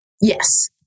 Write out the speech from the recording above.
Yes